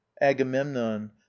agamemnon